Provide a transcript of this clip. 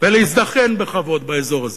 ולהזדקן בכבוד באזור הזה,